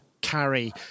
carry